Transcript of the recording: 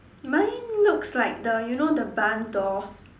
mine looks like the you know the barn door